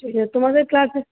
সে তোমাদের ক্লাসে